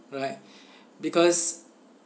right because